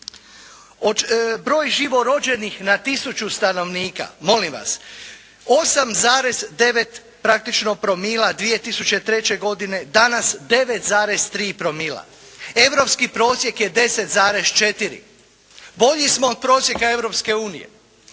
Broj živorođenih na tisuću stanovnika, molim vas 8,9 praktično promila 2003. godine, danas 9,3 promila. Europski prosjek je 10,4. Bolji smo od prosjeka